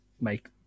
make